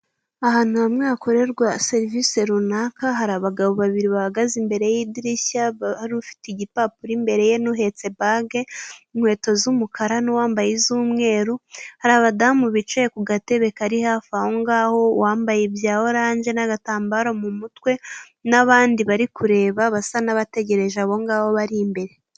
Ku kigo nderabuzima hari abantu benshi bicaye hamwe, bategereje guhura na muganga. Ku ruhande hirya hari abandi babiri bahagaze ku idirishya, bari kuvugana na muganga uri imbere mu nyubako.